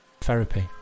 Therapy